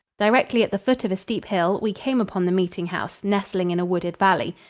directly at the foot of a steep hill we came upon the meeting-house, nestling in a wooded valley.